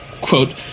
quote